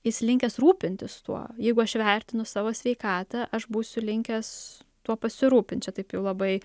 jis linkęs rūpintis tuo jeigu aš vertinu savo sveikatą aš būsiu linkęs tuo pasirūpint čia taip jau labai